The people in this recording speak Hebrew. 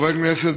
חברי הכנסת,